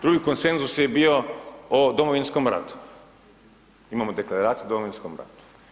Drugi konsenzus je bio o Domovinskom ratu, imamo Deklaraciju o Domovinskom ratu.